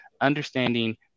understanding